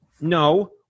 No